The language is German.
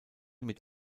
mit